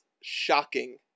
shocking